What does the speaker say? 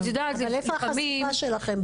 אבל איפה החשיפה שלכם?